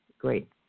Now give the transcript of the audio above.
great